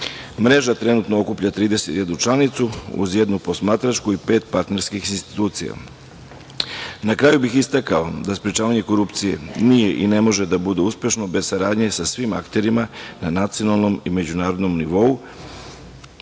Mreža trenutno okuplja 31 članicu, uz jednu posmatračku i pet partnerskih institucija. Na kraju bih istakao da sprečavanje korupcije nije i ne može da bude uspešno bez saradnje sa svim akterima na nacionalnom i međunarodnom nivou,